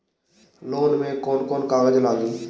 Loan में कौन कौन कागज लागी?